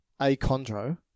achondro